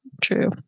true